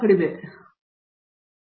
professor